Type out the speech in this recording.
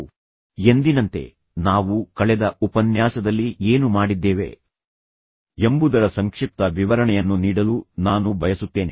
ನಾನು ಪ್ರಾರಂಭಿಸುವ ಮೊದಲು ಎಂದಿನಂತೆ ನಾವು ಕಳೆದ ಉಪನ್ಯಾಸದಲ್ಲಿ ಏನು ಮಾಡಿದ್ದೇವೆ ಎಂಬುದರ ಸಂಕ್ಷಿಪ್ತ ವಿವರಣೆಯನ್ನು ನೀಡಲು ನಾನು ಬಯಸುತ್ತೇನೆ